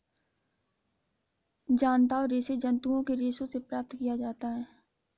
जांतव रेशे जंतुओं के रेशों से प्राप्त किया जाता है